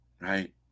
right